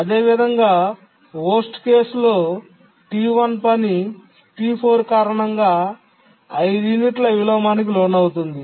అదేవిధంగా చెత్త సందర్భంలో T1 పని T4 కారణంగా 5 యూనిట్ల విలోమానికి లోనవుతుంది